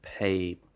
pay